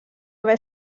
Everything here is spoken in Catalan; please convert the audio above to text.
haver